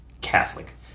Catholic